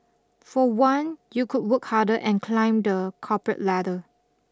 for one you could work harder and climb the corporate ladder